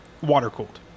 water-cooled